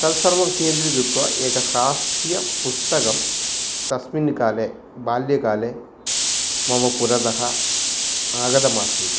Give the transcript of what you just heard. तत् सर्वं केन्द्रीकृत्वा एकं हास्यपुस्तकं तस्मिन् काले बाल्यकाले मम पुरतः आगतमासीत्